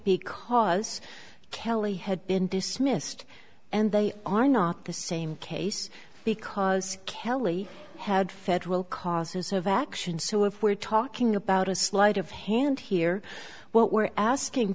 because kelly had been dismissed and they are not the same case because kelly had federal causes of action so if we're talking about a sleight of hand here what we're asking